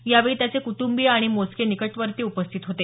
यावेळी त्यांचे कुटुंबिय आणि मोजके निकटवर्ती उपस्थीत होते